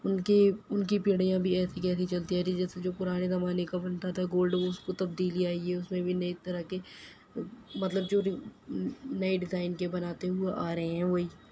ان کے ان کی پیڑھیاں بھی ایسی کی ایسی چلتی آ رہی ہیں جسے جو پرانے زمانے کا بنتا تھا گولڈ اس کو تبدیلی آئی ہے اس میں بھی ایک طرح کے مطلب جو نئے ڈیزائن کے بناتے ہوئے آ رہے ہیں وہی